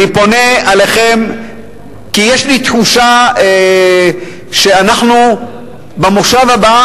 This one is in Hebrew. אני פונה אליכם כי יש לי תחושה שאנחנו במושב הבא